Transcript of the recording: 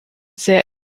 sehr